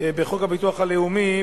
בחוק הביטוח הלאומי,